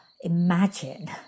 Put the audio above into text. Imagine